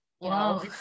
Wow